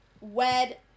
Wed